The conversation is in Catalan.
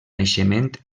naixement